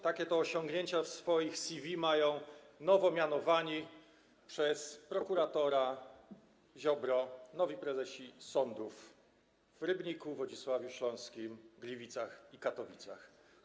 Takie to osiągnięcia w swoich CV mają nowo mianowani przez prokuratora Ziobro, nowi prezesi sądów w Rybniku, Wodzisławiu Śląskim, Gliwicach i Katowicach.